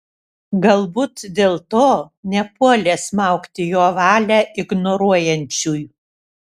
galbūt dėl to nepuolė smaugti jo valią ignoruojančių